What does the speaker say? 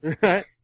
Right